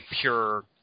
pure